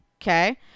Okay